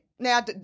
Now